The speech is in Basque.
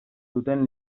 duten